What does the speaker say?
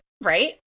right